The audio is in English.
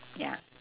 ya